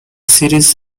series